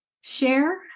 share